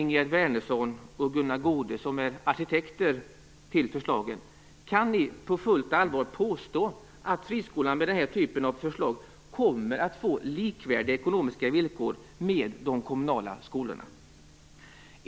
Goude, som är arkitekter till förslaget, kan ni på fullt allvar påstå att friskolan med den här typen av förslag kommer att få likvärdiga ekonomiska villkor med de kommunala skolorna?